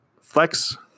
Flex